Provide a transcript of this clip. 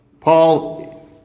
Paul